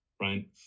right